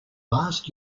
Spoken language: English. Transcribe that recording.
last